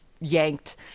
yanked